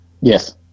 Yes